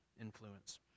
influence